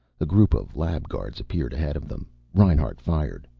a group of lab guards appeared ahead of them. reinhart fired.